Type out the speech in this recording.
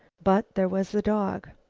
but there was the dog.